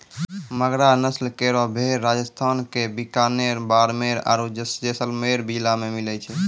मगरा नस्ल केरो भेड़ राजस्थान क बीकानेर, बाड़मेर आरु जैसलमेर जिला मे मिलै छै